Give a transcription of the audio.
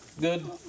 good